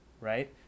right